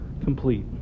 complete